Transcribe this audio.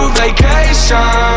vacation